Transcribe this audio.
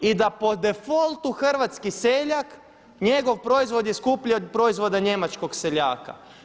I da po defoltu hrvatski seljak, njegov proizvod je skuplji od proizvoda njemačkog seljaka.